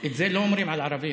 את זה לא אומרים על ערבים.